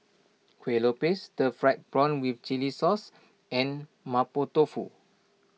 Kueh Lopes Stir Fried Prawn with Chili Sauce and Mapo Tofu